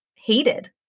Hated